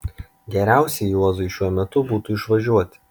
geriausiai juozui šiuo metu būtų išvažiuoti